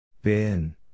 Bin